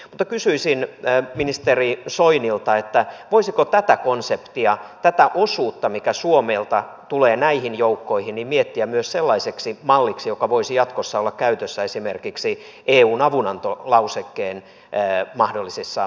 mutta kysyisin ministeri soinilta että voisiko tätä konseptia tätä osuutta mikä suomelta tulee näihin joukkoihin miettiä myös sellaiseksi malliksi joka voisi jatkossa olla käytössä esimerkiksi eun avunantolausekkeen mahdollisissa käyttötilanteissa